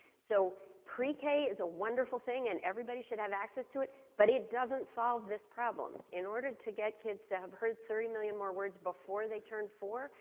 so pre-k is a wonderful thing and everybody should have access to it. but it doesn't solve this problem. in order to get kids to have heard thirty million more words before they turn four,